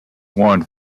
warned